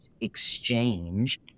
exchange